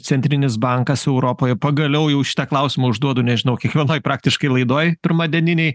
centrinis bankas europoje pagaliau jau šitą klausimą užduodu nežinau kiekvienoj praktiškai laidoj pirmadieninėj